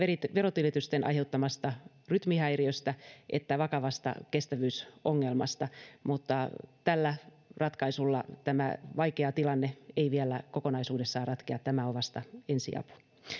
verotilitysten aiheuttamasta rytmihäiriöstä että vakavasta kestävyysongelmasta mutta tällä ratkaisulla tämä vaikea tilanne ei vielä kokonaisuudessaan ratkea tämä on vasta ensiapu